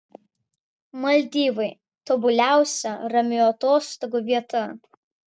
maldyvai tobuliausia ramių atostogų vieta